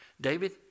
David